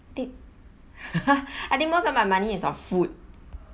did I think most of my money is on food